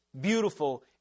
beautiful